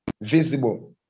visible